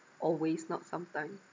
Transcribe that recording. always not sometimes